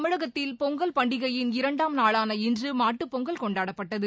தமிழகத்தில் பொங்கல் பண்டிகையின் இரண்டாம் நாளான இன்று மாட்டுப் பொங்கல் கொண்டாடப்பட்டது